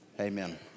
amen